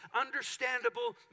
understandable